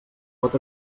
pot